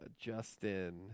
Justin